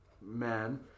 man